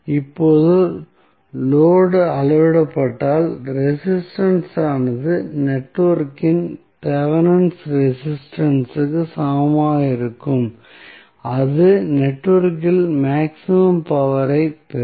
இப்போது லோடு அளவிடப்பட்டால் ரெசிஸ்டன்ஸ் ஆனது நெட்வொர்க்கின் தெவெனின் ரெசிஸ்டன்ஸ் இற்கு Thevenins resistance சமமாக இருக்கும் அது அந்த நெட்வொர்க்கிலிருந்து மேக்ஸிமம் பவர் ஐப் பெறும்